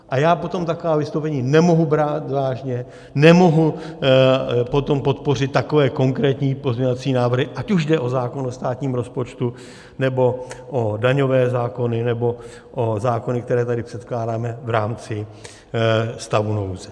A já potom taková vystoupení nemohu brát vážně, nemohu potom podpořit takové konkrétní pozměňovací návrhy, ať už jde o zákon o státním rozpočtu, nebo o daňové zákony, nebo o zákony, které tady předkládáme v rámci stavu nouze.